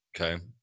Okay